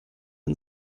den